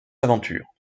aventures